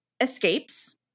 Escapes